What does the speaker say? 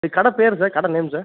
இது கடை பேர் சார் கடை நேம் சார்